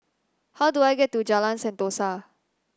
how do I get to Jalan Sentosa